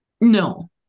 No